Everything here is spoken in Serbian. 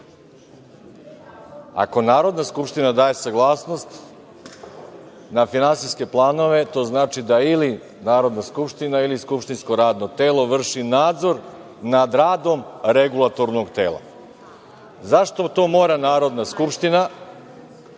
Ako Narodna skupština daje saglasnost na finansijske planove, to znači da ili Narodna skupština, ili skupštinsko radno telo vrši nadzor nad radom regulatornog tela. Zašto to mora Narodna skupština?